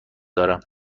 دارم